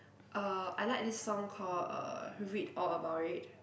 uh I like this song call uh read all about it